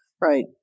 Right